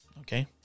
Okay